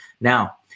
Now